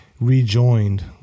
rejoined